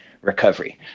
recovery